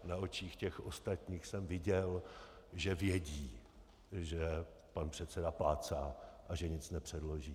Na očích těch ostatních jsem viděl, že vědí, že pan předseda plácá a že nic nepředloží.